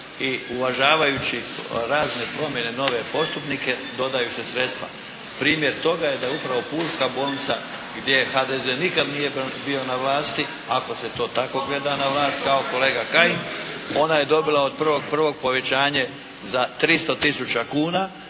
i uvažavajući razne promjene nove postupnike dodaju se sredstva. Primjer toga je upravo Pulska bolnica gdje je HDZ nikada nije bio na vlasti, ako se to tako gleda na vlast kao kolega Kajin ona je dobila od 1. 1. povećanje za 300 tisuća kuna,